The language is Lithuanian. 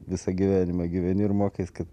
visą gyvenimą gyveni ir mokais kad